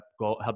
help